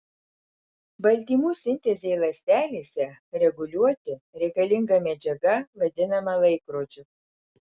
baltymų sintezei ląstelėse reguliuoti reikalinga medžiaga vadinama laikrodžiu